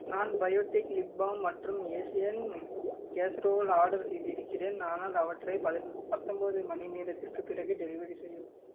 நான் Biotique lip balm மற்றும் Asian casserole order செய்திருக்கிறேன் ஆனால் அவற்றை பதின் பத்தன்போது மணி நேரத்துக்குப் பிறகு டெலிவரி செய்யவும்